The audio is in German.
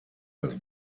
das